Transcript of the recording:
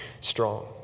strong